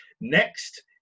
Next